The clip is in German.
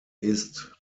ist